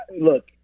look